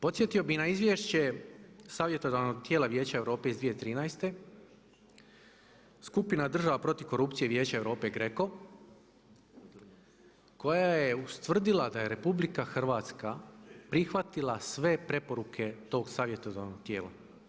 Podsjetio bi na izvješće savjetodavnog tijela Vijeća Europe iz 2013., skupina država protiv korupcije Vijeća Europe GRECO koja je ustvrdila da je RH prihvatila sve preporuke tog savjetodavnog tijela.